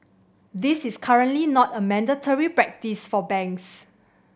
this is currently not a mandatory practice for banks